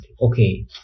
Okay